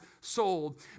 sold